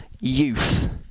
youth